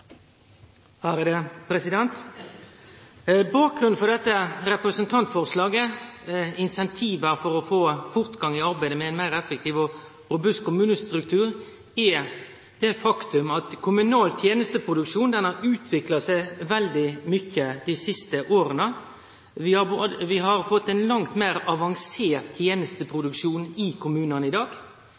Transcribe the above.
for å få fortgang i arbeidet med ein meir effektiv og robust kommunestruktur – er det faktum at kommunal tenesteproduksjon har utvikla seg veldig mykje dei siste åra. Vi har fått ein langt meir avansert tenesteproduksjon i kommunane i dag,